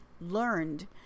learned